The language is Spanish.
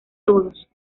todos